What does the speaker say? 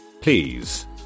please